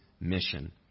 mission